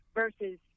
versus